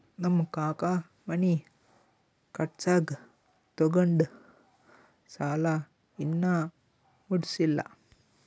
ನಮ್ ಕಾಕಾ ಮನಿ ಕಟ್ಸಾಗ್ ತೊಗೊಂಡ್ ಸಾಲಾ ಇನ್ನಾ ಮುಟ್ಸಿಲ್ಲ